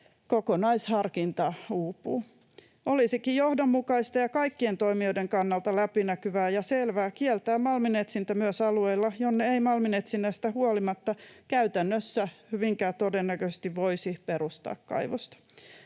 kokonaisharkinta uupuu. Olisikin johdonmukaista ja kaikkien toimijoiden kannalta läpinäkyvää ja selvää kieltää malminetsintä myös alueilla, jonne ei malminetsinnästä huolimatta käytännössä hyvinkään todennäköisesti voisi perustaa kaivosta.